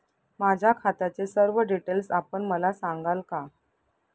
माझ्या खात्याचे सर्व डिटेल्स आपण मला सांगाल का?